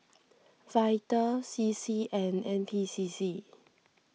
Vital C C and N P C C